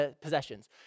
possessions